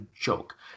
joke